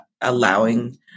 allowing